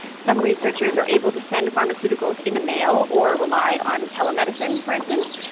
some researchers are able to send pharmaceuticals in the mail or rely on telemedicine, for instance.